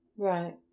Right